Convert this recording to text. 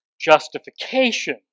justification